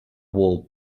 wall